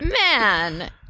man